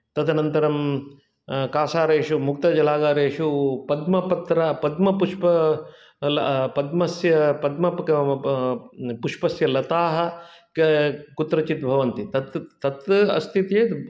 तदनन्तरं कासारेषु मुक्तजलागारेषु पद्मपत्र पद्मपुष्प लल् पद्मस्य पद्म प्क् पुष्पस्य लताः क् कुत्रचित् भवन्ति तत् तत् अस्ति चेत्